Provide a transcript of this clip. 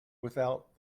without